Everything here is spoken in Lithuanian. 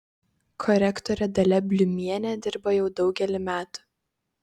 korektorė dalia bliumienė dirba jau daugelį metų